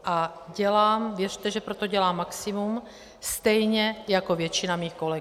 A věřte, že pro to dělám maximum, stejně jako většina mých kolegů.